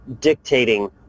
dictating